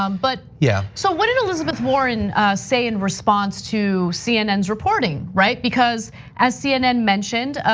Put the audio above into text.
um but yeah so what did elizabeth warren say in response to cnn's reporting right? because as cnn mentioned,